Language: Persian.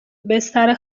بستر